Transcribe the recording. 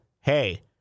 hey